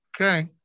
Okay